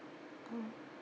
mm